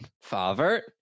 father